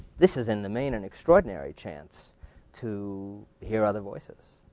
this is in the main an extraordinary chance to hear other voices.